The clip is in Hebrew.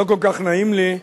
לא כל כך נעים לי,